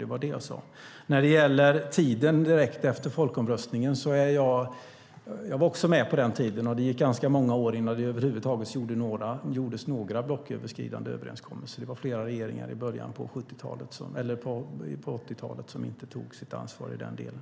Det var det jag sade. När det gäller tiden direkt efter folkomröstningen var jag också med på den tiden. Det gick ganska många år innan det över huvud taget gjordes några blocköverskridande överenskommelser. Det var flera regeringar på 80-talet som inte tog sitt ansvar i den delen.